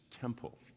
temple